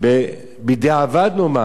בדיעבד נאמר,